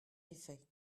effet